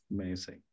Amazing